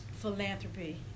philanthropy